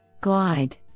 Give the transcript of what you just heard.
Glide